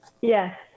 Yes